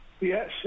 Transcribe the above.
Yes